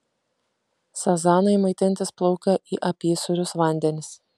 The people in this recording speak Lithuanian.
sazanai maitintis plaukia į apysūrius vandenis